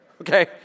Okay